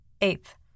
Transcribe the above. Eighth